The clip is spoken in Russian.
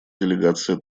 делегация